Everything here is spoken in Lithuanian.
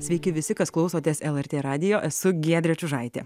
sveiki visi kas klausotės lrt radijo esu giedrė čiužaitė